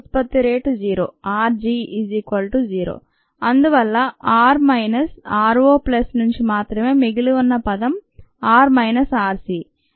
rg 0 అందువల్ల R minus R O plus నుంచి మాత్రమే మిగిలి ఉన్న పదం R మైనస్ R C